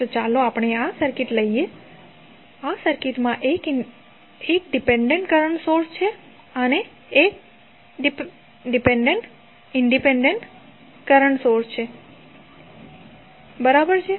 તો ચાલો આપણે આ સર્કિટ લઈએ આ સર્કિટમાં એક ડિપેન્ડેન્ટ કરંટ સોર્સ અને એક ઇંડિપેંડેન્ટ કરંટ સોર્સ છે બરાબર છે